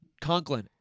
Conklin